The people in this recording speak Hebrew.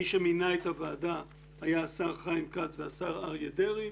מי שמינה את הוועדה היה השר חיים כץ והשר אריה דרעי.